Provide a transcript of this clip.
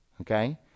okay